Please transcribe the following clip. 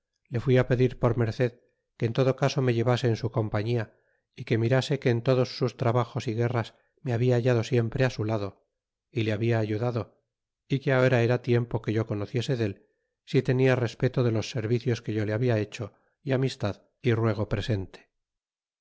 le fui á pedir por merced que en todo caso me llevase en su compañia y que mirase que en todos sus trabajos y guerras me habia hallado siempre á su lado y le habla ayudado y qua ahora era tiempo que yo conociese del si tenia respeto de los servicios que yo le habia hecho y amistad y ruego presente